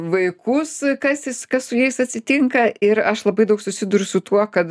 vaikus kas jis kas su jais atsitinka ir aš labai daug susiduriu su tuo kad